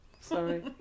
Sorry